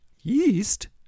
Yeast